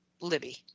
Libby